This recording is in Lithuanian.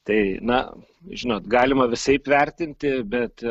tai na žinot galima visaip vertinti bet